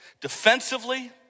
defensively